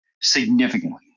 significantly